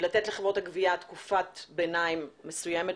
ולתת לחברות הגבייה תקופת ביניים מסוימת,